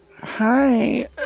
Hi